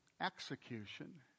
execution